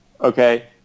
Okay